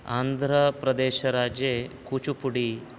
आन्ध्रप्रदेशराज्ये Kuchipudi